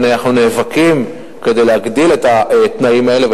ואנחנו נאבקים כדי להגדיל את התנאים האלה,